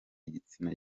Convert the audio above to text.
igitsina